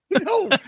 No